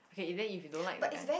okay then if you don't like the guy